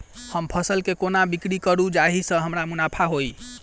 हम फसल केँ कोना बिक्री करू जाहि सँ हमरा मुनाफा होइ?